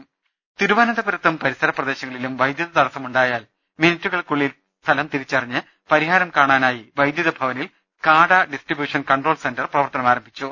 രുട്ടിട്ട്ട്ട്ട്ട്ട തിരുവനന്തപുരത്തും പരിസര പ്രദേശങ്ങളിലും വൈദ്യുത തടസ്സമുണ്ടാ യാൽ മിനിട്ടുകൾക്കുള്ളിൽ സ്ഥലം തിരിച്ചറിഞ്ഞ് പരിഹാരം കാണാനായി വൈദ്യുത ഭവനിൽ സ്കാഡ ഡിസ്ട്രിബ്യൂഷൻ കൺട്രോൾ സെന്റർ പ്രവർത്തനമാരംഭിച്ചു